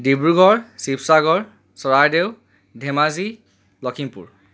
Dibrugarh Sivasagar Charaideo Dhemaji Lakhimpur